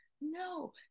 No